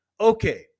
Okay